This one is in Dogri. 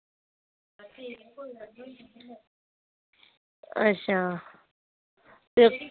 अच्छा इक